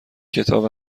کتاب